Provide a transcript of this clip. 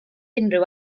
unrhyw